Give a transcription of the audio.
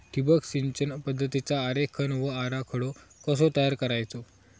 ठिबक सिंचन पद्धतीचा आरेखन व आराखडो कसो तयार करायचो?